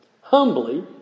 Humbly